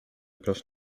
grasz